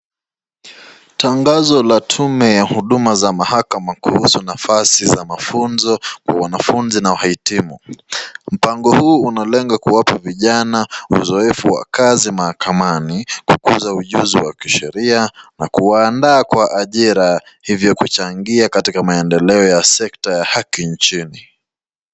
Tangazo ya huduma ya tume za mahakama kuhusu nafasi za mafunzo kwa wanafunzi wanao hitimu mpango huu unalenga kuwapa vijana uzowefu wa kazi mahakamani, kukuza ujuzi wa kisheria na kuwaandaa kwa ajira hivyo kuchangia katika maendeleo ya sekta ya haki nchini.